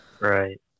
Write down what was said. Right